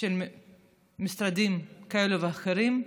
של משרדים כאלה ואחרים.